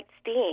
steam